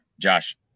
Josh